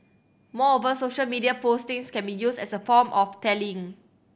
moreover social media postings can be used as a form of tallying